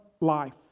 life